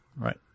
Right